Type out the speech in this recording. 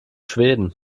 schweden